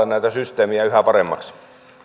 näitä systeemejä yhä paremmaksi